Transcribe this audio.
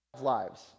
Lives